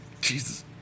Jesus